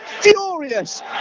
furious